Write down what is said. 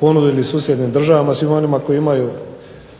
ponudili susjednim državama i svima onima koji imaju